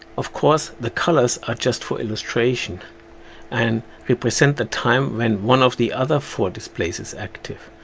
of course the colours are just for illustration and represent the time when one of the other four displays is active.